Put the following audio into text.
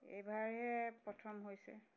এইবাৰহে প্ৰথম হৈছে